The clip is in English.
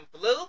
Blue